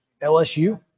LSU